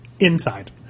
Inside